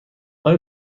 آیا